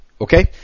Okay